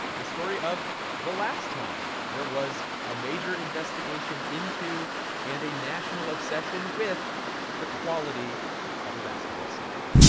the story of the last time there was a major investigation into and a national obsession with the quality of a basketball sneaker